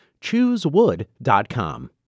Choosewood.com